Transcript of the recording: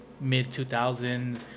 mid-2000s